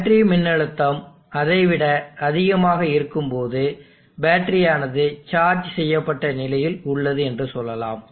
battery மின்னழுத்தம் அதை விட அதிகமாக இருக்கும்போது பேட்டரி ஆனது சார்ஜ் செய்யப்பட்ட நிலையில் உள்ளது என்று சொல்லலாம்